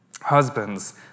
Husbands